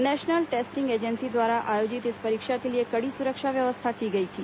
national testing agency द्वारा आयोजित इस परीक्षा के लिए कड़ी सुरक्षा व्यवस्था की गई थी